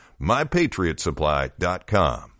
MyPatriotSupply.com